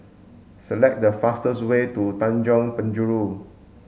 select the fastest way to Tanjong Penjuru